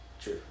True